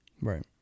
right